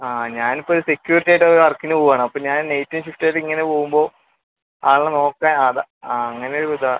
ആ ഞാൻ ഇപ്പോൾ ഒരു സെക്യൂരിറ്റി ആയിട്ട് വർക്കിന് പോവാണ് അപ്പോൾ ഞാൻ നൈറ്റും ഷിഫ്റ്റും ആയിട്ട് ഇങ്ങനെ പോവുമ്പോൾ ആളിനെ നോക്കാൻ അതാ ആ അങ്ങനെ ഒരു ഇതാണ്